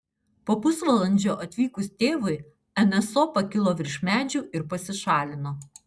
po pusvalandžio atvykus tėvui nso pakilo virš medžių ir pasišalino